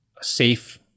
safe